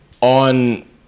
on